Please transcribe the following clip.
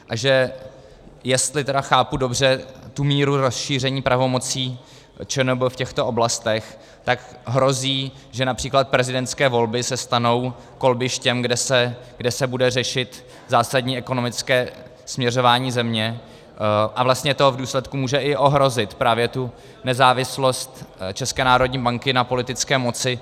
A jestli tedy chápu dobře tu míru rozšíření pravomocí ČNB v těchto oblastech, tak hrozí, že například prezidentské volby se stanou kolbištěm, kde se bude řešit zásadní ekonomické směřování země, a vlastně to v důsledku může i ohrozit právě tu nezávislost České národní banky na politické moci.